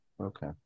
Okay